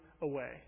away